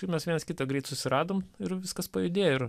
mes vienas kitą greit susiradom ir viskas pajudėjo ir